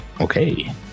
okay